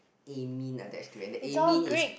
amine attach to and the amine is